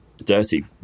dirty